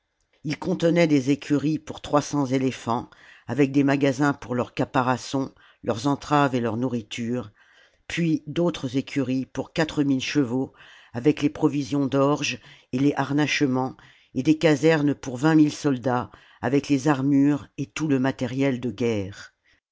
ii contenait des écuries pour trois cents éléphants avec des magasins pour leurs caparaçons leurs entraves et leur nourriture puis d'autres écuries pour quatre mille chevaux avec les provisions d'orge et les harnachements et des casernes pour vingt mille soldats avec les armures et tout le matériel de guerre